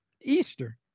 Easter